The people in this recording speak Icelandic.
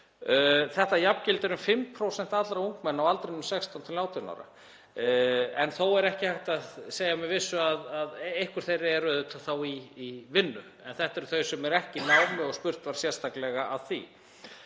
Þetta jafngildir um 5% allra ungmenna á aldrinum 16–18 ára en þó er ekki hægt að segja það með vissu og einhver þeirra eru auðvitað í vinnu. En þetta eru þau sem eru ekki í námi og spurt var sérstaklega að því.